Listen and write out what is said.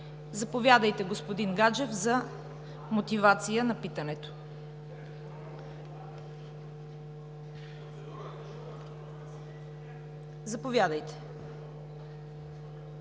Заповядайте, господин Гаджев, за мотивация на питането. (Реплики от